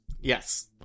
Yes